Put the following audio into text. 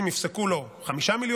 אם יפסקו לו 5 מיליון,